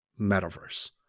metaverse